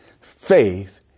Faith